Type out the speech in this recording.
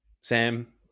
Sam